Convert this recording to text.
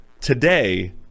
today